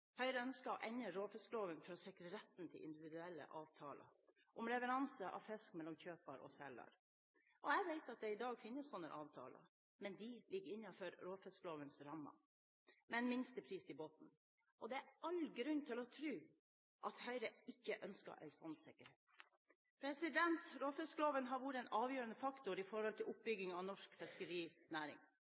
Høyre å endre råfiskloven for å sikre retten til individuelle avtaler om leveranse av fisk mellom kjøper og selger. Jeg vet at det i dag finnes slike avtaler, men de ligger innenfor råfisklovens rammer, med en minstepris i bunnen. Det er all grunn til å tro at Høyre ikke ønsker en slik sikkerhet. Råfiskloven har vært en avgjørende faktor når det gjelder oppbyggingen av norsk fiskerinæring